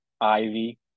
Ivy